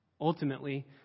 Ultimately